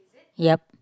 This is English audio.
yep